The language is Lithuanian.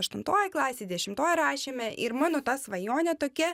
aštuntoj klasėj dešimtoj rašėme ir mano ta svajonė tokia